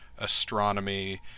Astronomy